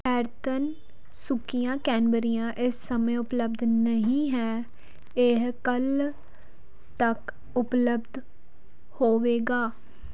ਐਰਤਨ ਸੁੱਕੀਆਂ ਕੈਨਬੇਰੀਆਂ ਇਸ ਸਮੇਂ ਉਪਲੱਬਧ ਨਹੀਂ ਹੈ ਇਹ ਕੱਲ੍ਹ ਤੱਕ ਉਪਲੱਬਧ ਹੋਵੇਗਾ